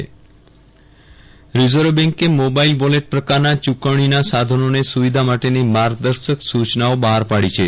Viral Rana reserve bank reserve બેન્કે mobile wallet પ્રકારનાં ચુકવણીનાં સાધનોને સુવિધા માટેની માર્ગદર્શક સૂચનાઓ બહાર પાડી છે